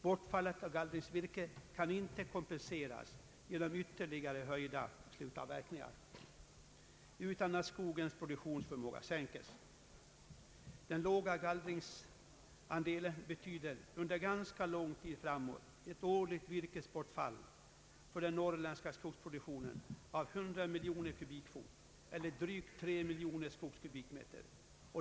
Bortfallet av gallringsvirke kan inte kompenseras genom slutavverkningar i än högre grad utan att skogens produktionsförmåga sänkes. Den låga gallringsandelen betyder under ganska lång tid framåt ett årligt virkesbortfall för den norrländska skogsproduktionen av 100 miljoner kubikfot eller drygt 3 miljoner skogskubikmeter.